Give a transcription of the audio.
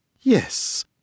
Yes